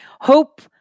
Hope